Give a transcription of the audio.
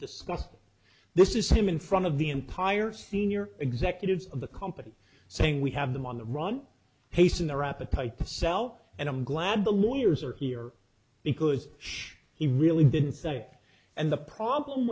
discussed this is him in front of the empire senior executives of the company saying we have them on the run hasten their appetite to sell and i'm glad the lawyers are here because he really didn't like and the problem